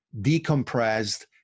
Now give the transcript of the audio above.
decompressed